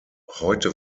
heute